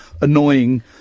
annoying